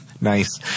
Nice